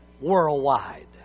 worldwide